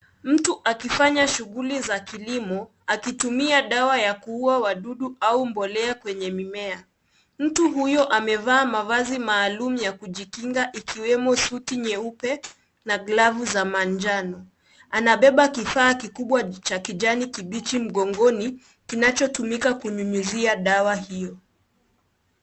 Mtu akifanya shughuli za kilimo akitumia dawa ya kuua wadudu au mbolea kwenye mimea. Mtu huyo amevaa mavazi maalumu ya kujikinga ikiwemo suti nyeupe na glovu za manjano. Anabeba kifaa kikubwa cha kijani kibichi mgongoni kinachotumika kunyunyuzia dawa hiyo.